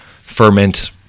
ferment